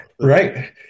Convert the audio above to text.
Right